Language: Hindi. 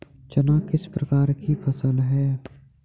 चना किस प्रकार की फसल है?